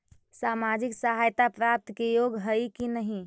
सामाजिक सहायता प्राप्त के योग्य हई कि नहीं?